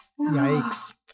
Yikes